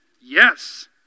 Yes